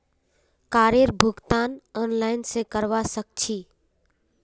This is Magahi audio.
कारेर भुगतान ऑनलाइन स करवा सक छी